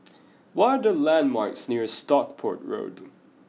what are the landmarks near Stockport Road